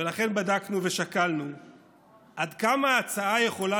לכן בדקנו ושקלנו עד כמה ההצעה יכולה